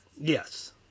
yes